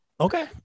Okay